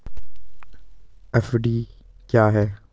FD क्या है?